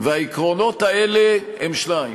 והעקרונות האלה הם שניים: